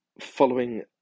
following